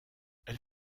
elle